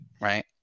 Right